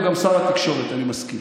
גם שר התקשורת, אני מסכים.